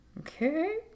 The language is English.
Okay